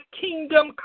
kingdom